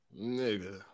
nigga